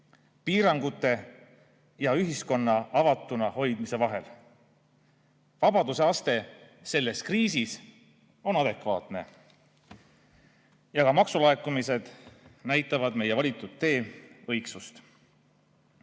piirangute ja ühiskonna avatuna hoidmise vahel. Vabaduse aste selles kriisis on adekvaatne. Ka maksulaekumised näitavad meie valitud tee õigsust.